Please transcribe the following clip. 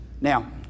Now